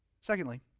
Secondly